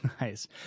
Nice